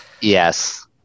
Yes